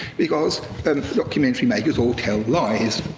because the and documentary makers all tell lies.